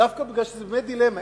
דווקא בגלל שזו באמת דילמה,